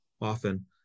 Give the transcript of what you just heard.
often